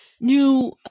new